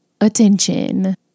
attention